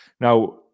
now